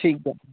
ᱴᱷᱤᱠ ᱜᱮᱭᱟ